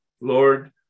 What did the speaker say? Lord